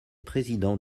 président